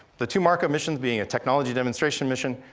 the two marco missions, being a technology demonstration mission,